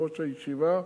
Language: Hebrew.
יושב-ראש הישיבה,